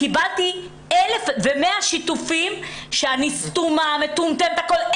קיבלתי 1,100 שיתופים שאני סתומה, מטומטמת, הכול.